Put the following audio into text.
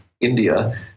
India